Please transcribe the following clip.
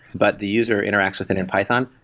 but the user interacts within and python.